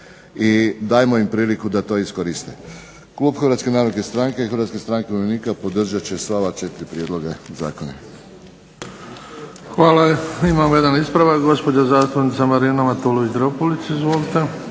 Hvala. Imamo jedan ispravak,